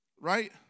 right